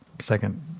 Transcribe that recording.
second